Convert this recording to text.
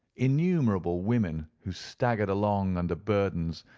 innumerable women who staggered along under burdens,